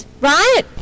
Right